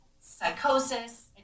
psychosis